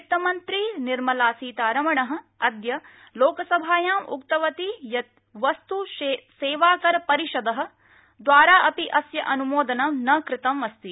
वित्तमन्त्री निर्मला सीतारमणः अद्य लोकसभायाम् उक्तवती यत् वस्तुसेवाकरपरिषदः द्वारा अपि अस्य अनुमोदनं न कृतम् अस्ति